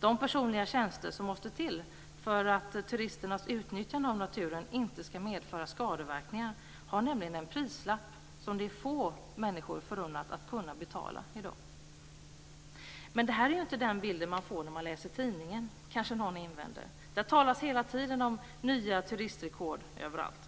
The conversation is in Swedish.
De personliga tjänster som måste till för att turisternas utnyttjande av naturen inte ska medföra skadeverkningar har nämligen en prislapp som det är få människor förunnat att kunna betala i dag. Men det här är inte den bild man får när man läser tidningen, kanske någon invänder. Där talas det hela tiden om nya turismrekord överallt.